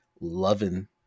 loving